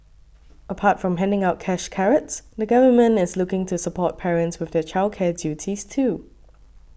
apart from handing out cash carrots the Government is looking to support parents with their childcare duties too